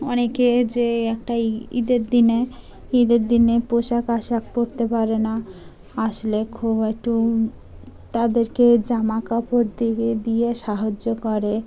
অনেকে যে একটা ঈদের দিনে ঈদের দিনে পোশাক আশাক পরতে পারে না আসলে খুব একটু তাদেরকে জামা কাপড় দিয়ে দিয়ে সাহায্য করে